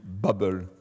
bubble